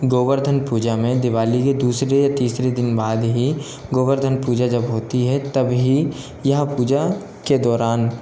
गोवर्धन पूजा में दिवाली के दूसरे या तीसरे दिन बाद ही गोवर्धन पूजा जब होती है तभी यह पूजा के दौरान